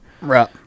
Right